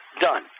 Done